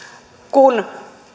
kun